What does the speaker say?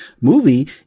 movie